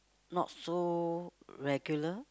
not so regular